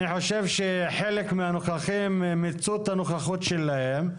אני חושב שחלק מהנוכחים מיצו את הנוכחות שלהם.